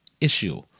issue